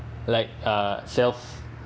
like uh self